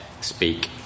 speak